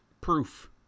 proof